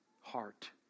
heart